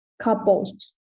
couples